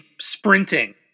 sprinting